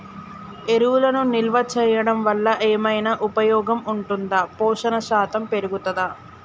ఎరువులను నిల్వ చేయడం వల్ల ఏమైనా ఉపయోగం ఉంటుందా పోషణ శాతం పెరుగుతదా?